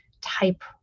type